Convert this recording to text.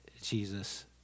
Jesus